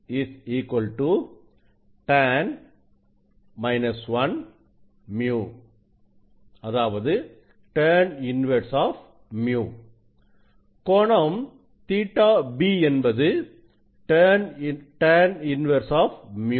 Ɵ B tan 1 µ கோணம் ƟB என்பது tan 1µ